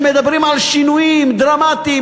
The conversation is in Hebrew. שמדברים על שינויים דרמטיים,